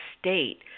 state